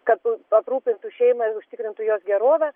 kad u aprūpintų šeimą ir užtikrintų jos gerovę